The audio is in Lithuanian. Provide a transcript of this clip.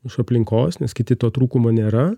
iš aplinkos nes kiti to trūkumo nėra